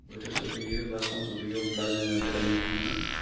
बोथोर सफैयो बा सम सफैयो अब्ला जोङो बेरायनो थाङो